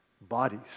Bodies